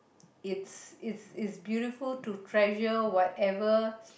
it's it's it's beautiful to treasure whatever